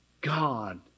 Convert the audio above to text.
God